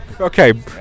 Okay